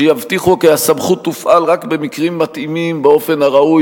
שיבטיחו כי הסמכות תופעל רק במקרים מתאימים באופן הראוי,